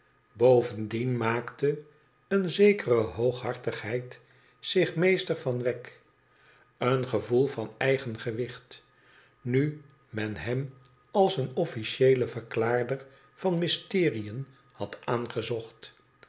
bovendien maakte eene zekere hooghartigheid zich meester van wegg een gevoel van eigen gewicht nu men hem als een officieelen verklaarder van mysteriën had aangezocht